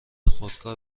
خودکار